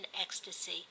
ecstasy